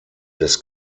des